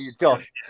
Josh